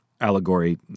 allegory